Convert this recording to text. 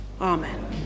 Amen